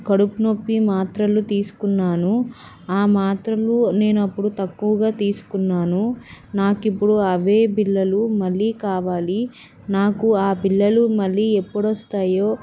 కడుపునొప్పి మాత్రలు తీసుకున్నాను ఆ మాత్రలు నేను అప్పుడు తక్కువగా తీసుకున్నాను నాకు ఇప్పుడు అవే బిల్లలు మళ్ళీ కావాలి నాకు ఆ బిల్లలు మళ్ళీ ఎప్పుడు వస్తాయో